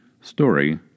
Story